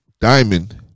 diamond